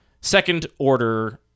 second-order